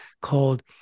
called